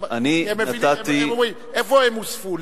הם אומרים: איפה הם הוספו?